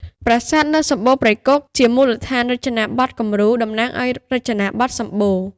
ប្រាសាទនៅសម្បូណ៌ព្រៃគុហ៍ជាមូលដ្ឋានរចនាបថគំរូតំណាងឱ្យរចនាបថ សម្បូណ៌ ។